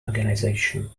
organization